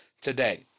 today